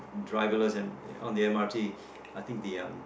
driver less and on the M_R_T I think the um